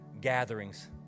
gatherings